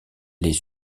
les